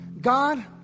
God